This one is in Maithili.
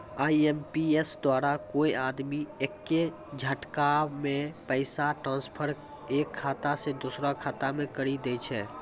आई.एम.पी.एस द्वारा कोय आदमी एक्के झटकामे पैसा ट्रांसफर एक खाता से दुसरो खाता मे करी दै छै